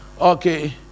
Okay